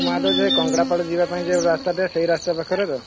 ମହାଦେବ ଯିବା ପାଇଁ ଯେଉଁ ରାସ୍ତାଟା ସେଇ ରାସ୍ତା ପାଖରେ ତ